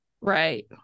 Right